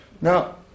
Now